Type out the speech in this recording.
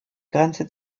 grenze